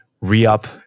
re-up